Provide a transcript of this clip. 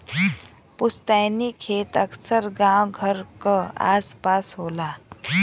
पुस्तैनी खेत अक्सर गांव घर क आस पास होला